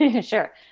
Sure